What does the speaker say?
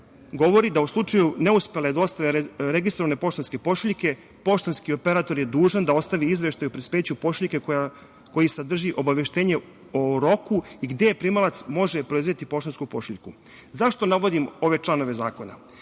govori da u slučaju neuspele dostave registrovane poštanske pošiljke poštanski operator je dužan da ostavi izveštaj o prispeću pošiljke koji sadrži obaveštenje o roku i gde primalac može preuzetu poštansku pošiljku.Zašto navodim ove članove zakona?